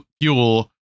fuel